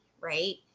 right